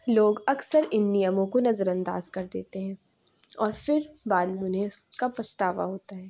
لوگ اكثر اِن نیموں كو نظرانداز كر دیتے ہیں اور پھر بعد میں اُنہیں اُس كا پچھتاوا ہوتا ہے